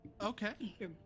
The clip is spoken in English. Okay